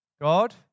God